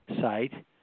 site